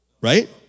right